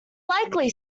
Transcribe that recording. likely